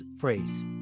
phrase